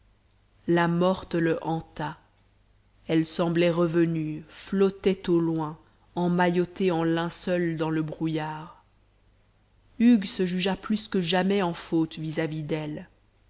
la morte le hanta elle semblait revenue flottait au loin emmaillotée en linceul dans le brouillard hugues se jugea plus que jamais en faute vis-à-vis d'elle